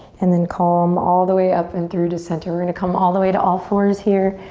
and then calm, all the way up and through the center. we're gonna come all the way to all fours here.